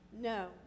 no